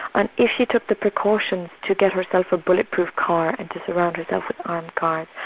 and if she took the precautions to get herself a bulletproof car and to surround herself with armed guards,